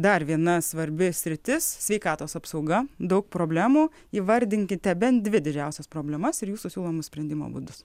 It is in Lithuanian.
dar viena svarbi sritis sveikatos apsauga daug problemų įvardinkite bent dvi didžiausias problemas ir jūsų siūlomus sprendimo būdus